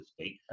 state